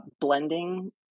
blending